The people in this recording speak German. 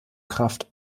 kraft